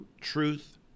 truth